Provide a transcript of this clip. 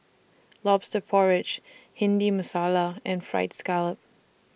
Lobster Porridge Bhindi Masala and Fried Scallop